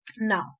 Now